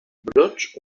brots